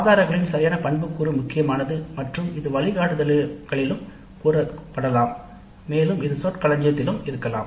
ஆதாரங்களின் சரியான பண்புக்கூறு முக்கியமானது மற்றும் இது வழிகாட்டுதல்களிலும் கூறப்படலாம் மேலும் இது சொற்களஞ்சியத்திலும் இருக்கலாம்